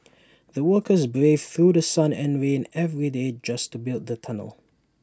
the workers braved through The Sun and rain every day just to build the tunnel